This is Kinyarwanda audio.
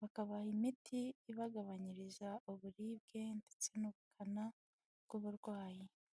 bakabaha imiti ibagabanyiriza uburibwe, ndetse n'ubukana bw'uburwayi.